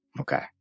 Okay